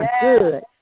good